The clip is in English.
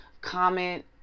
comment